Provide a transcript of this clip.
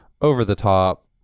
over-the-top